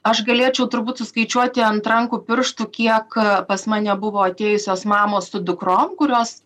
aš galėčiau turbūt suskaičiuoti ant rankų pirštų kiek pas mane buvo atėjusios mamos su dukrom kurios